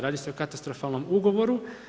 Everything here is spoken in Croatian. Radi se o katastrofalnom ugovoru.